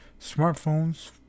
Smartphones